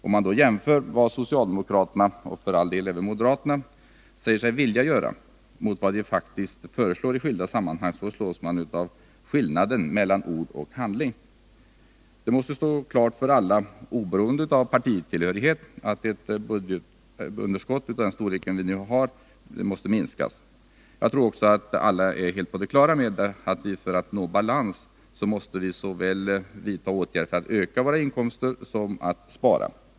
Om man jämför vad socialdemokraterna, och för all del även moderaterna, säger sig vilja göra med vad de faktiskt föreslår i skilda sammanhang, slås man av skillnaden mellan ord och gärning. Det måste stå helt klart för alla, oberoende av partitillhörighet, att ett budgetunderskott av nuvarande storlek måste minskas. Jag tror alla också är helt på det klara med att för att nå balans måste vi såväl spara som vidta åtgärder för att öka inkomsten.